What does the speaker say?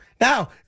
Now